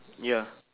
ya